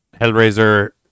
Hellraiser